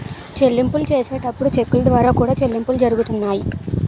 చెల్లింపులు చేసేటప్పుడు చెక్కుల ద్వారా కూడా చెల్లింపులు జరుగుతున్నాయి